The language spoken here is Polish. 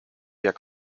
jak